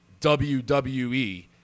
WWE